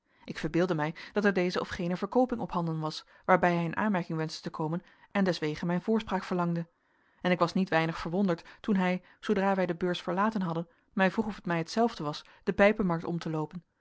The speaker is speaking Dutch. ik verbeeldde mij dat er deze of gene verkooping ophanden was waarbij hij in aanmerking wenschte te komen en deswege mijn voorspraak verlangde en ik was niet weinig verwonderd toen hij zoodra wij de beurs verlaten hadden mij vroeg of het mij hetzelfde was de pijpenmarkt om te loopen